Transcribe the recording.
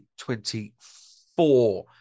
2024